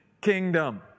kingdom